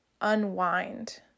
unwind